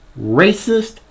racist